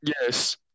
Yes